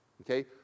Okay